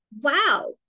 wow